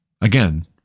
again